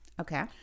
Okay